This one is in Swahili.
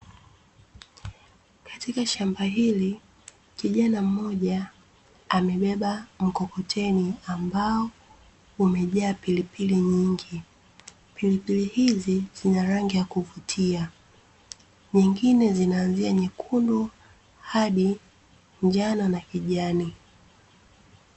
Katika shamba hili, kijana mmoja amebeba mkokoteni ambao umejaa pilipili nyingi. Pilipili hizi zina rangi ya kuvutia, nyingine zinaanzia nyekundu hadi njano na kijani.